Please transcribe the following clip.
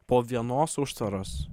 po vienos užtvaros